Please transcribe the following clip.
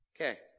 Okay